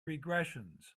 regressions